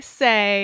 say